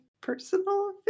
personal